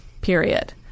period